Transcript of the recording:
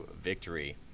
victory